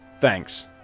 Thanks